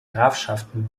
grafschaften